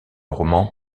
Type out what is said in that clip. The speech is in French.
roman